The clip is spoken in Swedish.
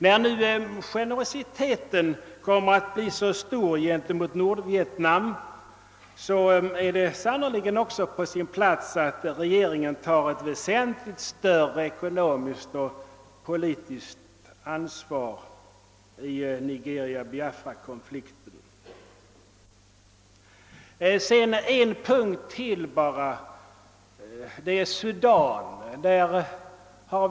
När nu generositeten kommer att bli så stor gentemot Nordvietnam är det sannerligen också på sin plats att regeringen tar ett väsentligt större ekonomiskt och politiskt ansvar i Nigeria Biafrakonflikten. Till sist är det bara ytterligare en punkt på kartan som jag vill ta upp, nämligen Sudan.